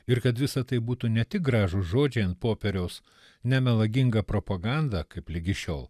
ir kad visa tai būtų ne tik gražūs žodžiai ant popieriaus ne melaginga propaganda kaip ligi šiol